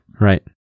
Right